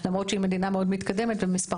למרות שהיא מדינה מתקדמת מאוד ומספר